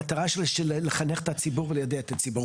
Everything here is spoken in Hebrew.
המטרה שלו היא לחנך את הציבור וליידע את הציבור.